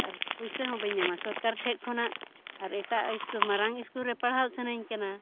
ᱟᱨ ᱯᱩᱭᱥᱟᱹ ᱦᱚᱸ ᱵᱟᱹᱧ ᱧᱟᱢᱟ ᱥᱚᱨᱠᱟᱨ ᱴᱷᱮᱡ ᱠᱷᱚᱱᱟᱜ ᱟᱨ ᱮᱴᱟᱜ ᱥᱠᱩᱞ ᱢᱟᱨᱟᱝ ᱥᱠᱩᱞ ᱨᱮ ᱯᱟᱲᱦᱟᱣ ᱥᱟᱱᱟᱧ ᱠᱟᱱᱟ